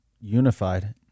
unified